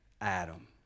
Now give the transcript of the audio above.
Adam